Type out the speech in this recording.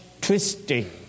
twisting